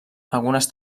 algunes